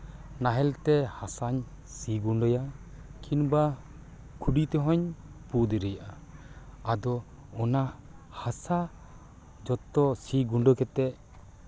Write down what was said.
ᱱᱟᱦᱮᱞ ᱛᱮ ᱦᱟᱥᱟᱧ ᱥᱤ ᱜᱩᱸᱰᱟᱹᱭᱟ ᱠᱤᱢᱵᱟ ᱠᱩᱰᱤ ᱛᱮᱦᱚᱸᱧ ᱯᱩ ᱫᱟᱲᱮᱭᱟᱜᱼᱟ ᱟᱫᱚ ᱚᱱᱟ ᱦᱟᱥᱟ ᱡᱚᱛᱚ ᱥᱤ ᱜᱩᱸᱰᱟᱹ ᱠᱟᱛᱮᱫ